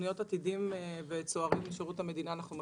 תוכניות עתידים וצוערים בשירות המדינה אנחנו מכירים.